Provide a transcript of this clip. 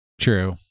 true